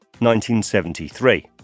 1973